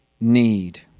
need